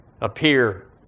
appear